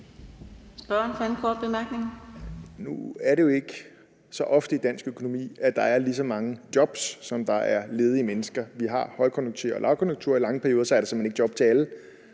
Nu er det ikke så ofte i dansk økonomi, at der er lige så mange jobs, som der er ledige mennesker. Vi har højkonjunkturer og lavkonjunkturer, og i lange perioder er der simpelt hen ikke jobs til alle,